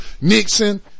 Nixon